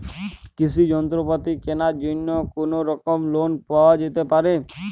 কৃষিযন্ত্রপাতি কেনার জন্য কোনোরকম লোন পাওয়া যেতে পারে?